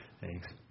Thanks